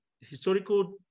historical